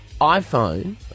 iPhone